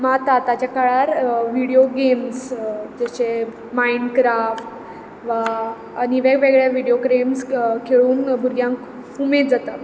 मात आतांचे काळार व्हिडियो गॅम्स जशे माइंडक्राफ्ट वा आनी वेग वेगळे व्हिडियो गॅम्स खेळून भुरग्यांक उमेद जाता